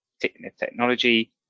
technology